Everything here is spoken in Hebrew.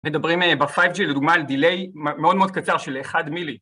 מדברים ב5G לדוגמה על דיליי מאוד מאוד קצר של 1 מילי